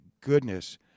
goodness